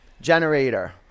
generator